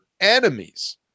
enemies